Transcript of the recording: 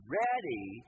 ready